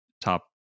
top